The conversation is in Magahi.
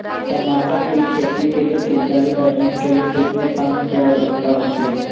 टमाटर की खेती के लिए सिंचाई करने के लिए कितने पानी की आवश्यकता होती है?